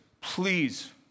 please